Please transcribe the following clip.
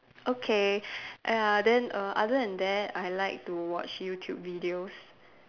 okay ya then err other than that I like to watch YouTube videos